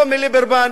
לא מליברמן,